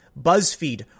Buzzfeed